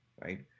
right